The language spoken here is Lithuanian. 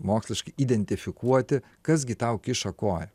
moksliškai identifikuoti kas gi tau kiša koją